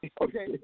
okay